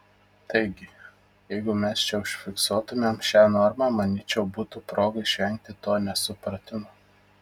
taigi jeigu mes čia užfiksuotumėm šią normą manyčiau būtų proga išvengti to nesupratimo